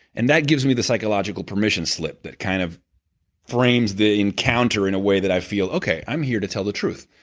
and that gives me the psychological permission slip that kind of frames the encounter in a way that i feel, okay i'm here to tell the truth.